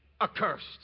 accursed